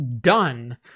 done